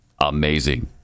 Amazing